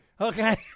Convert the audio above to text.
Okay